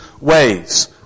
ways